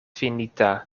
finita